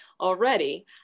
already